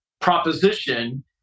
proposition